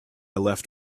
left